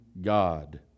God